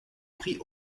prit